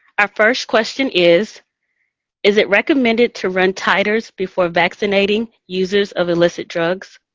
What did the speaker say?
our first question is is it recommended to run titers before vaccinating users of illicit drugs?